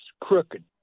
crooked